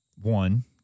one